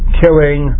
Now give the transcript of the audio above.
killing